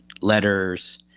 letters